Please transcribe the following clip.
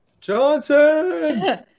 Johnson